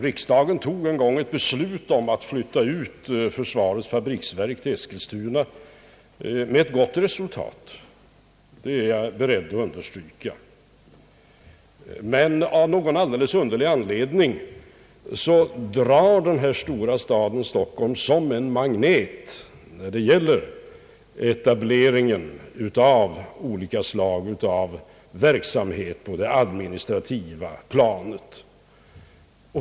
Riksdagen fattade en gång ett beslut om att flytta försvarets fabriksverk till Eskilstuna — med gott resultat, det är jag beredd att understryka. Men av någon alldeles underlig anledning drar den stora staden Stockholm som en magnet när det gäller etablering av olika slag av verksamheter på det administrativa planet.